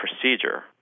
procedure